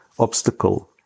obstacle